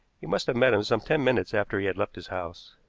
he must have met him some ten minutes after he had left his house.